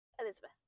Elizabeth